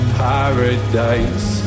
paradise